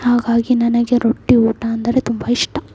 ಹಾಗಾಗಿ ನನಗೆ ರೊಟ್ಟಿ ಊಟ ಅಂದರೆ ತುಂಬ ಇಷ್ಟ